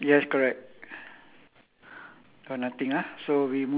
there this guy like was like saying shoot something like that